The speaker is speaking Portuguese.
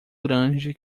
grande